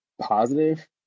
positive